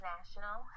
National